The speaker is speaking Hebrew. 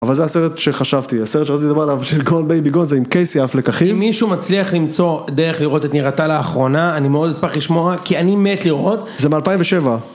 אבל זה הסרט שחשבתי, הסרט שרציתי לדבר עליו של Gone baby gone, זה עם קייסי אפלק אחיו. אם מישהו מצליח למצוא דרך לראות את ניראתה לאחרונה, אני מאוד אשמח לשמוע, כי אני מת לראות. זה מ-2007.